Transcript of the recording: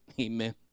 amen